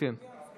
אתה עוקב אחרי